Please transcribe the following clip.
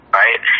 right